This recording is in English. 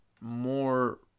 more